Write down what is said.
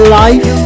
life